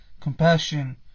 Compassion